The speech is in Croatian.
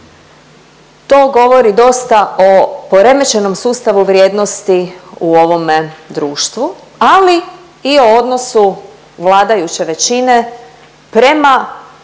To govori dosta o poremećenom sustavu vrijednosti u ovome društvu, ali i o odnosu vladajuće većine prema